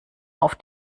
auf